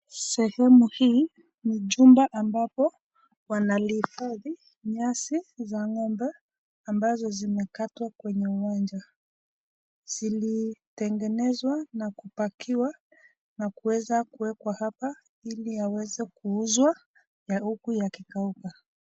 Sehemu hii ni jumba ambapo wanahifadhi nyasi za ng'ombe ambazo zimekatwa kwenye uwanja zilitengenezwa na kupakiwa na kuweza kuwekwa hapa ili aweze kuuzwa huku yakikauka.